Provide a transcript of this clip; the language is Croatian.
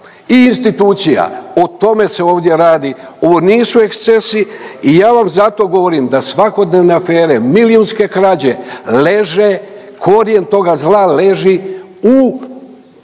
i institucija, o tome se ovdje radi. Ovo nisu ekscesi i ja vam zato govorim da svakodnevne afere milijunske krađe leže, korijen toga zla leži u